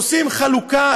עושים חלוקה